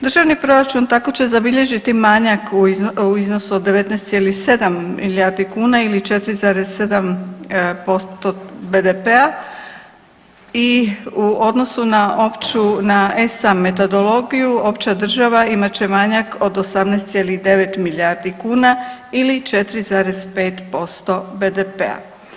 Državni proračun tako će zabilježiti manjak u iznosu od 19,7 milijardi kuna ili 4,7% BDP-a i u odnosu na opću na ESAM metodologiju opća država imat će manjak od 18,9 milijardi kuna ili 4,5% BDP-a.